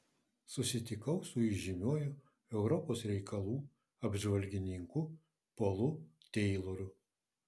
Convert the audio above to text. susitikau su įžymiuoju europos reikalų apžvalgininku polu teiloru